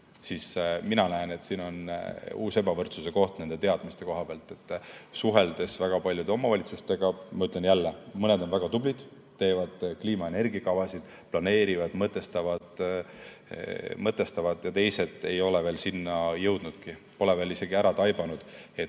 siis mina näen, et siin on uus ebavõrdsuse koht teadmiste koha pealt. Olen suhelnud väga paljude omavalitsustega ja ma ütlen jälle, et mõned on väga tublid, teevad kliima-energiakavasid, planeerivad, mõtestavad, aga teised ei ole veel sinna jõudnudki. Nad pole veel isegi taibanud: